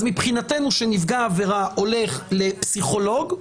מבחינתנו כשנפגע העבירה הולך לפסיכולוג,